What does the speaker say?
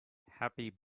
happy